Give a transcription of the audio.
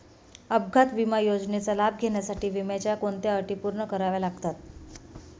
अपघात विमा योजनेचा लाभ घेण्यासाठी विम्याच्या कोणत्या अटी पूर्ण कराव्या लागतात?